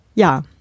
Ja